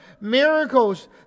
Miracles